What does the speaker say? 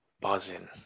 buzzing